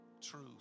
truth